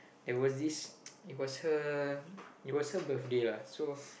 that was his it was her it was her birthday lah so